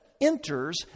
enters